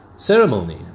ceremony